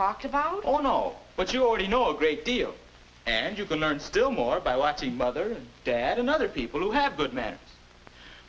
talked about all know what you already know a great deal and you can learn still more by watching mother dad another people who have good manners